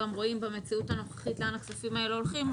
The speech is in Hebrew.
רואים במציאות הנוכחית לאן הכספים האלה הולכים.